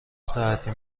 ساعتی